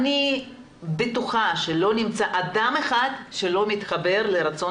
אני בטוחה שלא נמצא אדם אחד שלא מתחבר לרצון